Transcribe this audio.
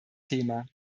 thema